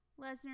Lesnar